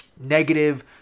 negative